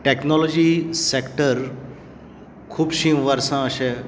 technology sector खुबशीं वर्सा अशें